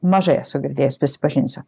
mažai esu girdėjus prisipažinsiu